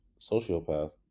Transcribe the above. sociopath